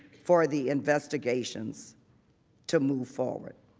for the investigations to move forward.